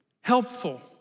helpful